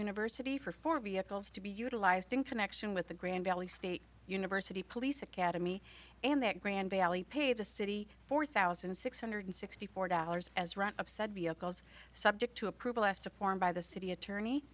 university for four vehicles to be utilized in connection with the grand valley state university police academy and their grand valley pay the city four thousand six hundred sixty four dollars as ron said vehicles subject to approval asked a form by the city attorney